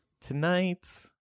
Tonight